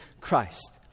Christ